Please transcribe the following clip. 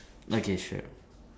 okay sure